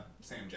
Sam